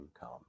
come